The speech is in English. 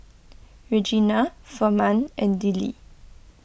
Regena Furman and Dillie